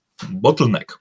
bottleneck